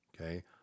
Okay